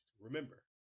Remember